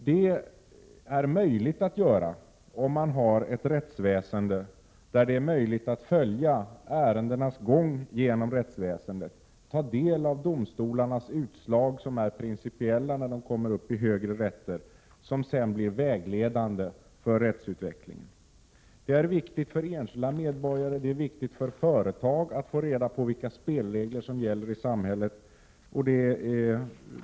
Detta är möjligt om man har ett rättsväsende där man kan följa ett ärendes gång och ta del av domstolarnas utslag, som är principiella när de kommer upp i högre rätter och blir vägledande för rättsutvecklingen. Det är viktigt för enskilda medborgare och företag att få reda på vilka spelregler som gäller i samhället.